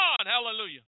Hallelujah